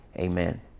Amen